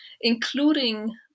including